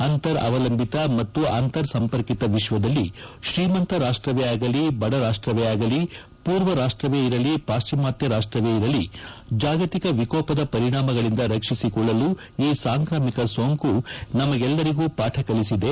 ಅಂತರ್ ಅವಲಂಬಿತ ಮತ್ತು ಅಂತರ್ ಸಂಪರ್ಕಿತ ವಿಶ್ವದಲ್ಲಿ ಶ್ರೀಮಂತ ರಾಷ್ಟವೇ ಆಗಲಿ ಬಡರಾಷ್ಟವೇ ಆಗಲಿ ಪೂರ್ವ ರಾಷ್ಟವೇ ಇರಲಿ ಪಾಕ್ಟಿಮಾತ್ಯ ರಾಷ್ಟವೇ ಇರಲಿ ಜಾಗತಿಕ ಎಕೋಪದ ಪರಿಣಾಮಗಳಿಂದ ರಕ್ಷಿಸಿಕೊಳ್ಳಲು ಈ ಸಾಂಕ್ರಾಮಿಕ ಸೋಂಕು ನಮಗೆಲ್ಲರಿಗೂ ಪಾಠ ಕಲಿಸಿದೆ